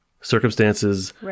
circumstances